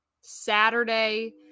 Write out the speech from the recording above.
Saturday